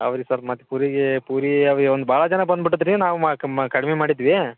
ಅವ್ರಿಗೆ ಸ್ವಲ್ಪ ಮತ್ತೆ ಪೂರಿಗೆ ಪೂರಿ ಅವು ಇವು ಒಂದು ಭಾಳ ಜನ ಬಂದ್ಬಿಟ್ಟಿದ್ ರೀ ನಾವು ಕಡ್ಮೆ ಮಾಡಿದ್ವಿ